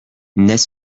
n’est